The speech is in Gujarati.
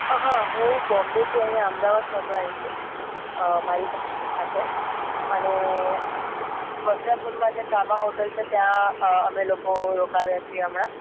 હં હું બોમ્બેથી અહીંયા અમદાવાદ ફરવા આવી છું મારી સાથે અને વસ્ત્રાપુરમાં જે કામા હોટલ છે ત્યાં અમે લોકો રોકાયા છીએ હમણાં